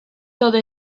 todo